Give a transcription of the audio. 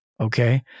okay